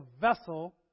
vessel